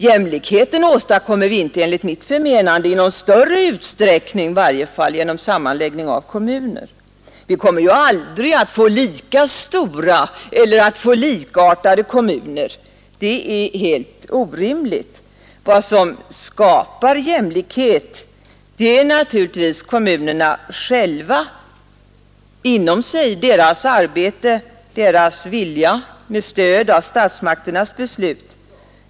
Jämlikheten åstadkommer vi enligt mitt förmenande inte — i varje fall inte i någon större utsträckning — genom sammanläggning av kommuner. Vi kommer ju aldrig att få lika stora eller i övrigt likartade kommuner. Det är helt orimligt. Vad som skapar jämlikhet är naturligtvis kommunerna själva, deras arbete och deras vilja, med stöd av statsmakternas beslut.